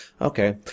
okay